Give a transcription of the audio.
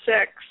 six